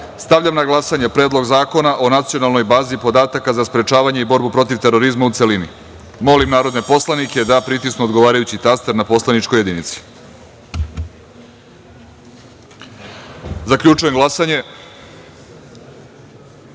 na glasanje Predlog zakona o nacionalnoj bazi podataka za sprečavanje i borbu protiv terorizma, u celini. Molim narodne poslanike da pritisnu odgovarajući taster na poslaničkoj jedinici. Zaključujem